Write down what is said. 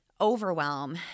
overwhelm